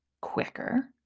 quicker